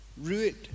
ruined